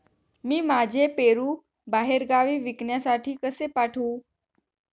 मी माझे पेरू बाहेरगावी विकण्यासाठी कसे पाठवू?